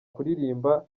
kuririmba